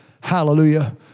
Hallelujah